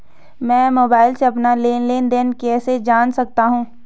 मैं मोबाइल से अपना लेन लेन देन कैसे जान सकता हूँ?